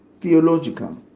theological